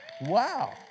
Wow